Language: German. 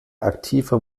aktiver